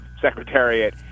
secretariat